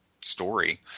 story